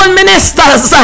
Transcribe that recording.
ministers